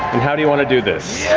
and how do you want to do this?